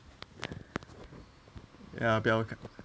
ya 不要看